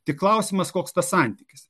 tik klausimas koks tas santykis